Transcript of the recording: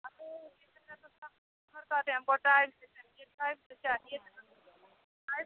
हाँ तो इतने तो सब कस्टमर कहते हमको टाइम से चाहिए टाइम से चाहिए टाइम